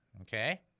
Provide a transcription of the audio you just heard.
Okay